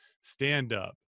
stand-up